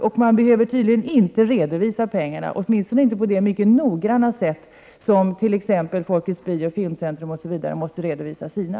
Man behöver på Filminstitutet tydligen inte redovisa pengarna, åtminstone inte på det mycket noggranna sätt som t.ex. Folkets Bio och Filmcentrum måste redovisa sina.